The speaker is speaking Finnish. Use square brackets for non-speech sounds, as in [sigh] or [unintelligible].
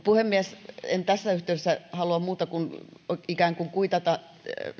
[unintelligible] puhemies en tässä yhteydessä halua muuta kuin ikään kuin kuitata